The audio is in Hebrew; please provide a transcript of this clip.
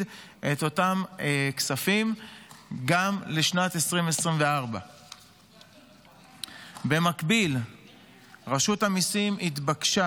את אותם כספים גם לשנת 2024. במקביל רשות המיסים התבקשה,